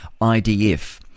IDF